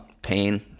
pain